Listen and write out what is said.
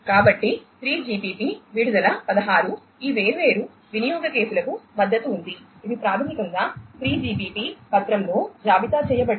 కాబట్టి 3GPP విడుదల 16 ఈ వేర్వేరు వినియోగ కేసులకు మద్దతు ఉంది ఇవి ప్రాథమికంగా 3GPP పత్రంలో జాబితా చేయబడ్డాయి